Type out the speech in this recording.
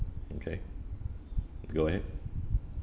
okay go ahead